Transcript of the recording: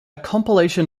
compilation